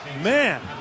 man